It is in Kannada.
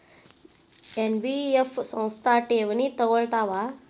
ಎನ್.ಬಿ.ಎಫ್ ಸಂಸ್ಥಾ ಠೇವಣಿ ತಗೋಳ್ತಾವಾ?